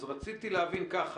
אז רציתי להבין ככה.